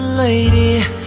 Lady